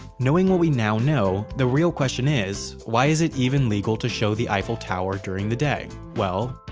knowing what we now know, the real question is, why is it even legal to show the eiffel tower during the day. well,